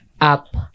up